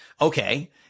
okay